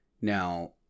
Now